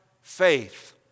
faith